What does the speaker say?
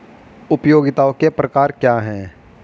उपयोगिताओं के प्रकार क्या हैं?